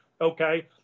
okay